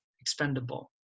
expendable